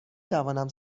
توانم